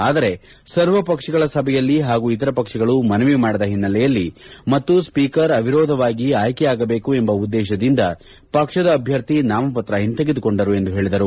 ಆದರೆ ಸರ್ವ ಪಕ್ಷಗಳ ಸಭೆಯಲ್ಲಿ ಹಾಗೂ ಇತರ ಪಕ್ಷಗಳು ಮನವಿ ಮಾಡಿದ ಹಿನ್ನೆಲೆ ಮತ್ತು ಸ್ಪೀಕರ್ ಅವಿರೋಧವಾಗಿ ಆಯ್ಲೆಯಾಗಬೇಕು ಎಂಬ ಉದ್ದೇಶದಿಂದ ಪಕ್ಷದ ಅಭ್ಯರ್ಥಿ ನಾಮಪತ್ರ ಹಿಂತೆಗೆದುಕೊಂಡರು ಎಂದು ಹೇಳಿದರು